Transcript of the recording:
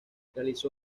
realizó